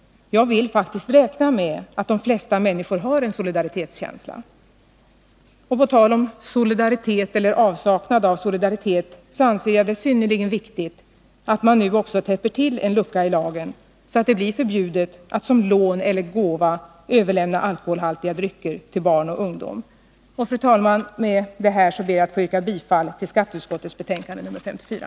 Jag vill faktiskt räkna med att de flesta människor har en solidaritetskänsla. På tal om solidaritet eller avsaknad av solidaritet anser jag det synnerligen viktigt att man nu också täpper till en lucka i lagen, så att det blir förbjudet att som lån eller gåva överlämna alkoholhaltiga drycker till barn och ungdom. Fru talman! Med detta ber jag att få yrka bifall till skatteutskottets hemställan i betänkandet nr 54.